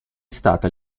stata